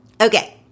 Okay